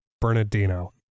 Bernardino